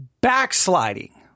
backsliding